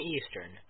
Eastern